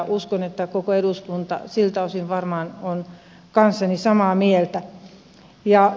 uskon että koko eduskunta siltä osin varmaan on kanssani samaa mieltä